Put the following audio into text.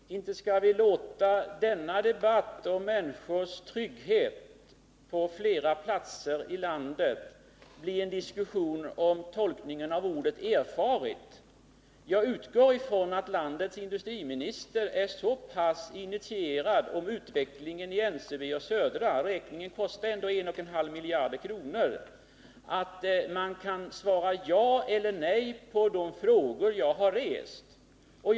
Herr talman! Inte skall vi låta denna debatt om människors trygghet på flera platser i landet bli en diskussion om tolkningen av ordet erfarit. Jag utgår från att landets industriminister är så pass initierad i frågan om utvecklingen i NCB och Södra Skogsägarna — räkningen kostar ändå 1,5 miljarder kronor — att han kan svara ja eller nej på de frågor jag har ställt.